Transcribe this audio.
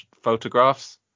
photographs